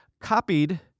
copied